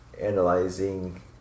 analyzing